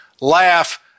laugh